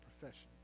profession